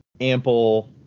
ample